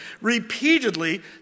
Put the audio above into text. repeatedly